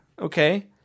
okay